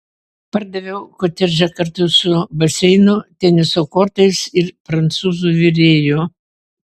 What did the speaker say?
pardaviau kotedžą kartu su baseinu teniso kortais ir prancūzų virėju